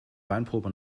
weinprobe